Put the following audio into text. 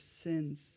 sins